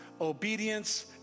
obedience